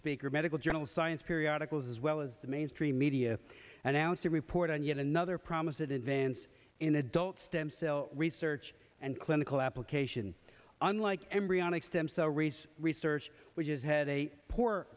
medical journal science periodicals as well as the mainstream media announced a report on yet another promise that advance in adult stem cell research and clinical application unlike embryonic stem cell research research which has had a poor